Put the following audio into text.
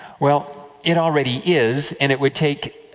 well, it already is, and it would take